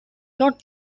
not